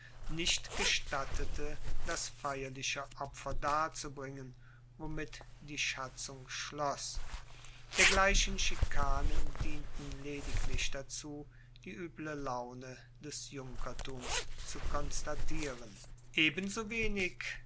nicht gestattete das feierliche opfer darzubringen womit die schatzung schloss dergleichen schikanen dienten lediglich dazu die ueble laune des junkertums zu konstatieren